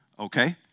Okay